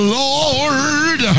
lord